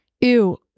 ew